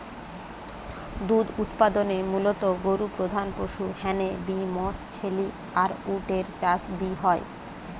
দুধ উতপাদনে মুলত গরু প্রধান পশু হ্যানে বি মশ, ছেলি আর উট এর চাষ বি হয়